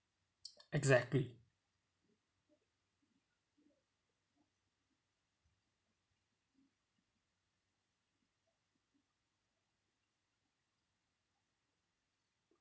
exactly